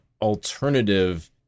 alternative